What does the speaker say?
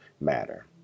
matter